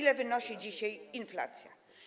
Ile wynosi dzisiaj inflacja?